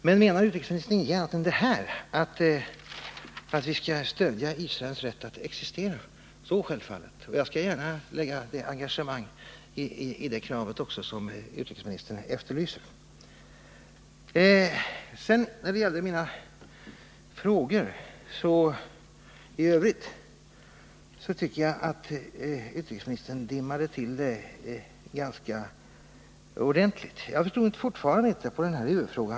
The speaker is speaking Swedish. Men menar utrikesministern med detta ingenting annat än att vi skall stödja Israels rätt att existera, skall jag gärna lägga engagemang bakom det positiva svar som utrikesministern efterlyste. När det gäller mina frågor i övrigt dimmade utrikesministern till det ganska ordentligt. Jag förstår fortfarande inte svaret på huvudfrågan.